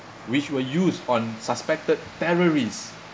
which were used on suspected terrorists